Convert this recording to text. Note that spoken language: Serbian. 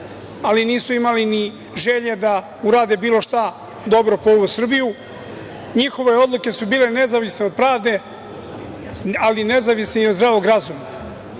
ali nisu imali ni želje da urade bilo šta dobro po Srbiju. Njihove odluke su bile nezavisne od pravde, ali nezavisne i od zdravog razuma.